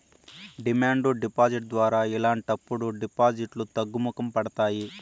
demand deposit ద్వారా ఇలాంటప్పుడు డిపాజిట్లు తగ్గుముఖం పడతాయి